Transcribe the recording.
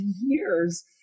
years